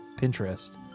Pinterest